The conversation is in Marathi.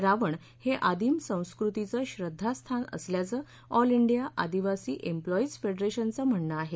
रावण हे आदिम संस्कृतीचं श्रद्धास्थान असल्याचं ऑल इंडिया आदिवासी एम्प्लॉईज फेडरेशनचं म्हणणं आहे